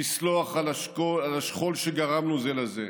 לסלוח על השכול שגרמנו זה לזה,